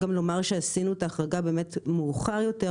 עשינו את ההחרגה מאוחר יותר,